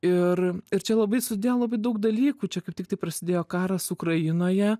ir ir čia labai susidėjo labai daug dalykų čia kaip tiktai prasidėjo karas ukrainoje